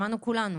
כולנו שמענו.